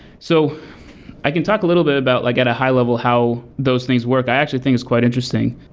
so i can talk a little bit about like at a high-level how those things work. i actually think it's quite interesting.